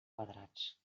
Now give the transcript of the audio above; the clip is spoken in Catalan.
quadrats